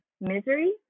misery